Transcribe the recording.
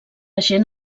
gent